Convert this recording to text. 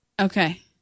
Okay